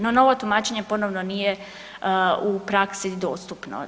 No, novo tumačenje ponovno nije u praksi dostupno.